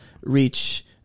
reach